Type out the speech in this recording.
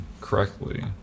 correctly